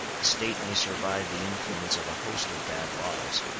a state may survive the influence of a host of bad laws,